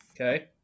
Okay